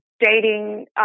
dating